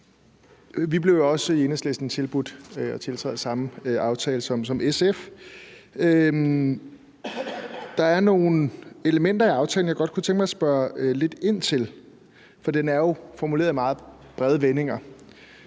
i Enhedslisten tilbudt at tiltræde samme aftale som SF. Der er nogle elementer i aftalen, jeg godt kunne tænke mig at spørge lidt ind til, for den er jo formuleret i meget brede vendinger.